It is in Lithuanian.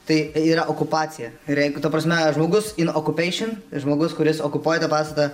tai yra okupacija ir jeigu ta prasme žmogus inokupeišion žmogus kuris okupuoja tą pastatą